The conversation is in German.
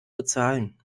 bezahlen